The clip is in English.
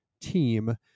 team